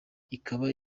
ikaba